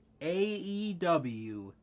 AEW